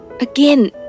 Again